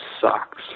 sucks